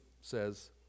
says